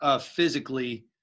physically